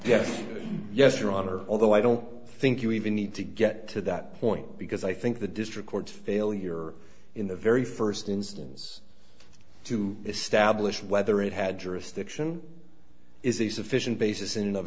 yes yes your honor although i don't think you even need to get to that point because i think the district court's failure in the very first instance to establish whether it had jurisdiction is a sufficient basis in of